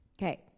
Okay